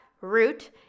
root